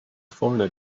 foreigner